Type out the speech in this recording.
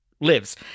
lives